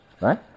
right